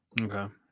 okay